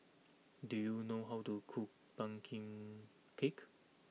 do you know how to cook Pumpkin Cake